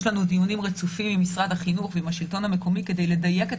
יש לנו דיונים רצופים עם משרד החינוך ועם השלטון המקומי כדי לדייק את